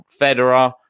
Federer